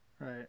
Right